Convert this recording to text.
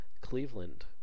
Cleveland